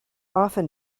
often